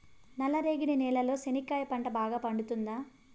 నల్ల రేగడి నేలలో చెనక్కాయ పంట బాగా పండుతుందా?